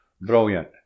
Brilliant